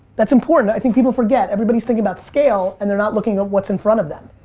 that's important, i think people forget, everybody's thinking about scale, and they're not looking at what's in front of them.